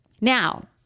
Now